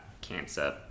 cancer